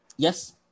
Yes